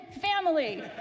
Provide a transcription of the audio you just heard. family